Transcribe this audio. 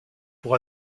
pour